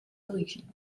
origines